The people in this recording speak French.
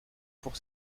pour